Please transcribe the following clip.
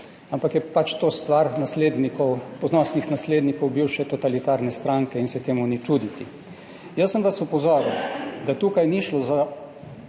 ampak je pač to stvar ponosnih naslednikov bivše totalitarne stranke in se temu ni čuditi. Jaz sem vas opozoril, da tukaj ni šlo za